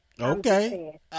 Okay